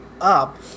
up